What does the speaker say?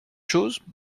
choses